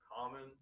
Common